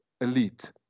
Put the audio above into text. elite